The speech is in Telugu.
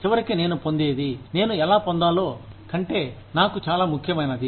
చివరికి నేను పొందేది నేను ఎలా పొందాలో కంటే నాకు చాలా ముఖ్యమైనది